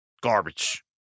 Garbage